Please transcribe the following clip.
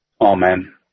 Amen